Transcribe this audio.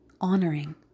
honoring